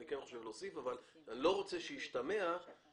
אני כן חושב להוסיף אבל אני לא רוצה שישתמע שבזה